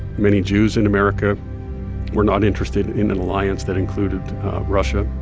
many jews in america were not interested in an alliance that included russia.